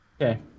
Okay